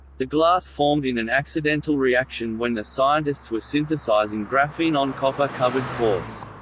the glass formed in an accidental reaction when the scientists were synthesizing graphene on copper-covered quartz.